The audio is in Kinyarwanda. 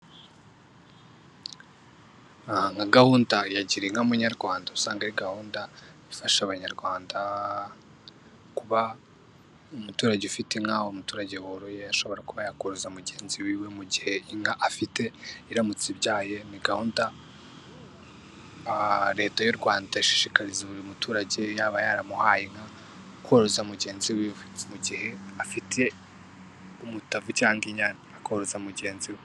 Nka gahunda ya girinka munyarwanda usanga ari gahunda ifasha abanyarwanda kuba umuturage ufite inka, umuturage woroye ashobora kuba yakoroza mugenzi w'iwe mu gihe inka afite iramutse ibyaye gahunda leta y'u Rwanda idashishikariza buri muturage yaba yaramuhaye inka koroza mugenzi we mu gihe afite umutavu cyangwa inyana akoroza mugenzi we.